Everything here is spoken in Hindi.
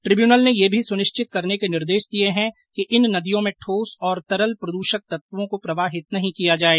ट्रिब्यूनल ने यह भी सुनिश्चित करने के निर्देश दिए है कि इन नदियों में ठोस और तरल प्रदूषक तत्वों को प्रवाहित नहीं किया जाए